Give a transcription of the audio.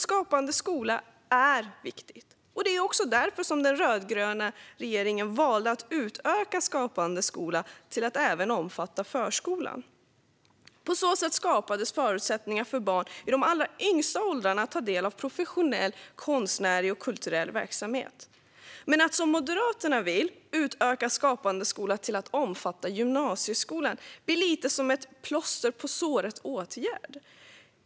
Skapande skola är viktigt, och det var därför den rödgröna regeringen valde att utöka Skapande skola till att även omfatta förskolan. På så sätt skapades förutsättningar för barn i de allra yngsta åldrarna att ta del av professionell konstnärlig och kulturell verksamhet. Att utöka Skapande skola till att omfatta även gymnasieskolan, som Moderaterna vill göra, blir dock lite som en plåster-på-såret-åtgärd.